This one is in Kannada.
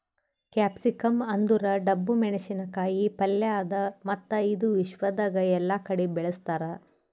ಕ್ಯಾಪ್ಸಿಕಂ ಅಂದುರ್ ಡಬ್ಬು ಮೆಣಸಿನ ಕಾಯಿ ಪಲ್ಯ ಅದಾ ಮತ್ತ ಇದು ವಿಶ್ವದಾಗ್ ಎಲ್ಲಾ ಕಡಿ ಬೆಳುಸ್ತಾರ್